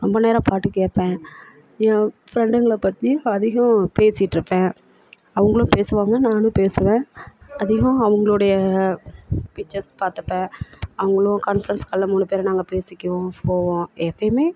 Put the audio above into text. ரொம்ப நேரம் பாட்டு கேட்பேன் என் ஃப்ரெண்டுங்களை பற்றி அதிகம் பேசிகிட்ருப்பேன் அவர்களும் பேசுவாங்க நானும் பேசுவேன் அதிகம் அவர்களுடைய பிச்சர்ஸ் பார்த்துப்பேன் அவர்களும் கான்ஃப்ரன்ஸ் காலில் நாங்கள் மூணு பேரும் பேசிக்குவோம் போவோம் எப்பயுமே